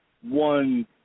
one